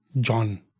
John